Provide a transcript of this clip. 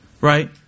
right